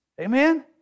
Amen